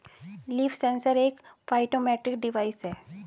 leaf sensor एक phytometric device है